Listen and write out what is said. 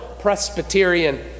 Presbyterian